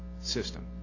system